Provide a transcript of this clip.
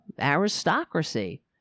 aristocracy